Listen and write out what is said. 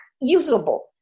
usable